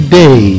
day